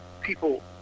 people